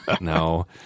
No